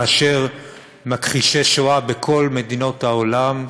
כאשר מכחישי שואה בכל מדינות העולם,